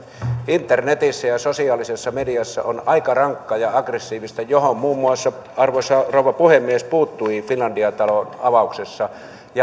internetissä ja ja sosiaalisessa mediassa on aika rankkaa ja aggressiivista johon muun muassa arvoisa rouva puhemies puuttui finlandia talon avauksessa